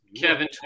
Kevin